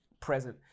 present